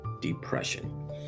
depression